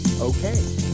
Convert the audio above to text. Okay